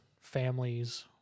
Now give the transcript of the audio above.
families